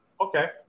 okay